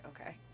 okay